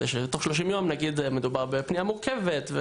שתוך 30 ימים נגיד שמדובר בפנייה מורכבת.